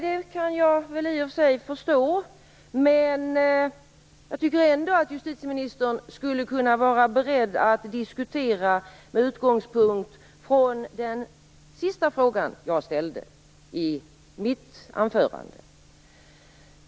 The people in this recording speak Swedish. Det kan jag i och för sig förstå, men jag tycker ändå att justitieministern skulle kunna vara beredd att diskutera med utgångspunkt från den sista frågan jag ställde i mitt anförande.